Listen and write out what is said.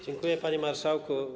Dziękuję, panie marszałku.